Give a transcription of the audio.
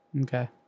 Okay